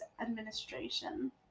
administration